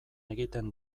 egiten